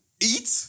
eat